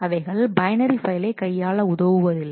அவைகள் பைனரி ஃபைலை கையாள உதவுவதில்லை